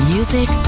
Music